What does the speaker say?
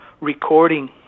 recording